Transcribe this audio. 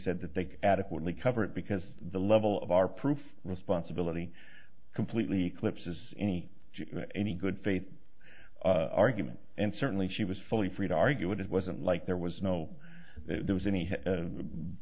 said that they adequately cover it because the level of our proof responsibility completely eclipses any any good faith argument and certainly she was fully free to argue that it wasn't like there was no there was any